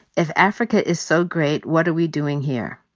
if africa is so great, what are we doing here?